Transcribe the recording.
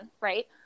Right